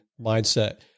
mindset